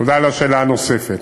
תודה על השאלה הנוספת.